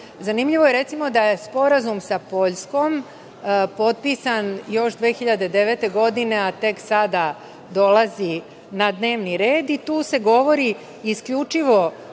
Zanimljivo je, recimo, da je Sporazum sa Poljskom potpisan još 2009. godine, a tek sada dolazi na dnevni red, a sporazum